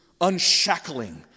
unshackling